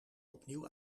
opnieuw